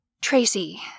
Tracy